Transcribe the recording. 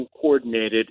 coordinated